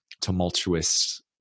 tumultuous